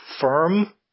firm